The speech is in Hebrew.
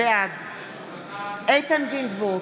בעד איתן גינזבורג,